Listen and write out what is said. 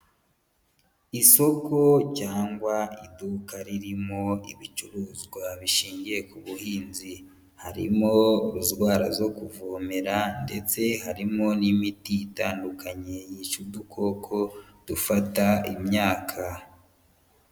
Isoko cyangwa iduka ririmo ibicuruzwa bishingiye ku buhinzi. Harimo rozwara zo kuvomera ndetse harimo n'imiti itandukanye yica udukoko dufata imyaka.